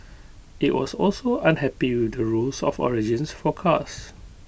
IT was also unhappy with the rules of origins for cars